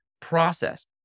process